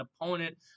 opponent